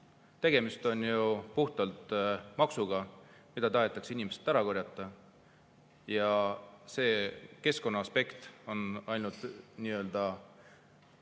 Tegemist on ju puhtalt maksuga, mida tahetakse inimestelt ära korjata, ja see keskkonnaaspekt on ainult nüanss,